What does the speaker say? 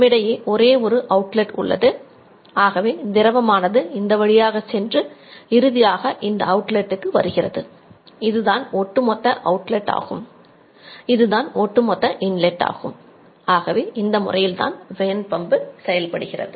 நம்மிடையே ஒரே ஒரு அவுட்லெட் செயல்படுகிறது